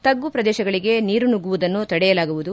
ತಗ್ಗು ಪ್ರದೇಶಗಳಿಗೆ ನೀರು ಸುಗ್ಗುವುದನ್ನು ತಡೆಯಲಾಗುವುದು